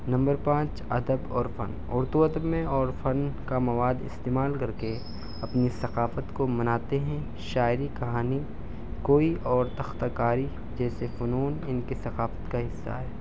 number پانچ ادب اور فن اردو ادب میں اور فن کا مواد استعمال کر کے اپنی ثقافت کو مناتے ہیں شاعری کہانی کوئی اور تختہ کاری جیسے فنون ان کی ثقافت کا حصہ ہے